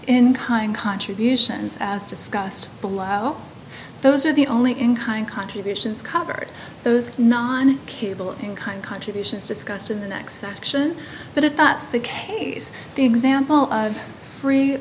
in kind contributions as discussed but those are the only in kind contributions covered those not on cable in kind contributions discussed in the next section but if that's the case the example of free